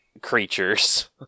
creatures